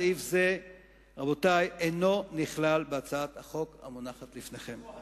סעיף זה אינו נכלל בהצעת החוק המונחת לפניכם.